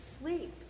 sleep